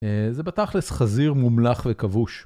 זה בתכלס, חזיר מומלח וכבוש.